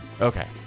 Okay